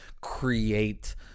create